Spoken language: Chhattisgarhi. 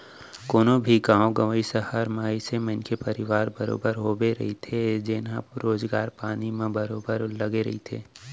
कोनो भी गाँव गंवई, सहर म अइसन मनखे परवार बरोबर होबे करथे जेनहा रोजगार पानी म बरोबर लगे रहिथे